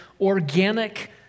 organic